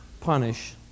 punish